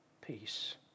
peace